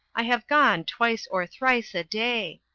i have gone twice or thrice a day.